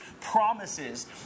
promises